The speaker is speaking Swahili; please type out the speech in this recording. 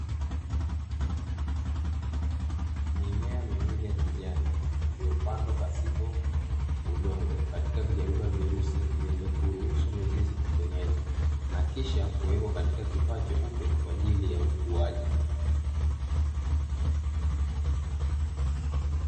Mimea miwili ya kijani iliyopandwa pasipo udongo katika vijaruba vyeusi vyenye kuruhusu mizizi kupenyeza, na kisha kuwekwa katika kifaa cheupe kwa jili ya ukuaji.